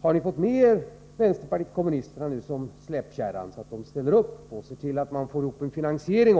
Har ni fått med er vänsterpartiet kommunisterna som släpkärra? Ser de till att man också får en finansiering?